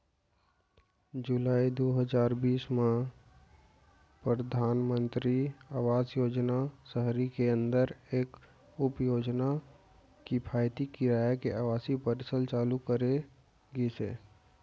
जुलाई दू हजार बीस म परधानमंतरी आवास योजना सहरी के अंदर एक उपयोजना किफायती किराया के आवासीय परिसर चालू करे गिस हे